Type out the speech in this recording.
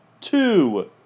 two